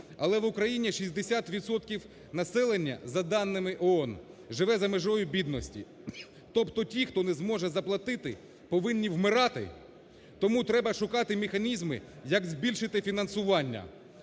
Але в Україні 60 відсотків населення, за даними ООН, живе за межею бідності. Тобто ті, хто не зможе заплатити, повинні вмирати. Тому треба шукати механізми, як збільшити фінансування,